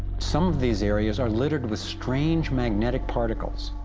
some these areas are littered with strange magnetic particles.